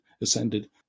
ascended